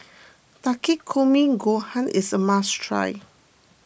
Takikomi Gohan is a must try